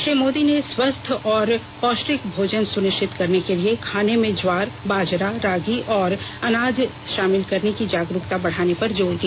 श्री मोदी ने स्वस्थ और पौष्टिक भोजन सुनिष्चित करने के लिए खाने में ज्वार बाजरा रागी और अनाज शामिल करने की जागरूकता बढ़ाने पर जोर दिया